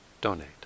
donate